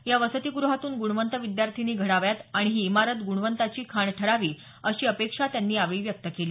या वसतीगृहातून गुणवंत विद्यार्थींनी घडाव्यात आणि ही इमारत गुणवंताची खाण ठरावी अशी अपेक्षा त्यांनी यावेळी व्यक्त केली